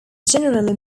generally